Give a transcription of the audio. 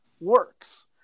works